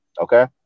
Okay